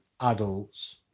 adults